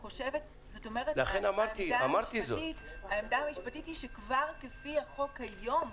לכן העמדה המשפטית היא שכבר כפי החוק היום,